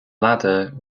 ladder